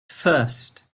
first